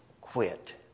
quit